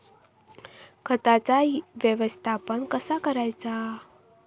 खताचा व्यवस्थापन कसा करायचा?